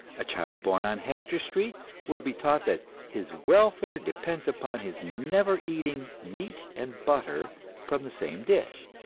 a child born on hester street will be taught that his welfare depends upon his never eating meat and butter from the same dish.